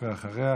ואחריה,